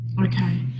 Okay